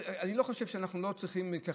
אני לא חושב שאנחנו לא צריכים להתייחס,